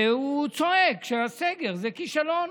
והוא צועק שהסגר הוא כישלון.